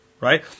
right